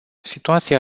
situația